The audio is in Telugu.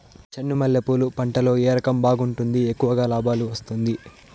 చెండు మల్లె పూలు పంట లో ఏ రకం బాగుంటుంది, ఎక్కువగా లాభాలు వస్తుంది?